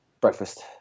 Breakfast